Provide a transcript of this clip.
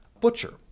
butcher